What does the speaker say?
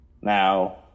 Now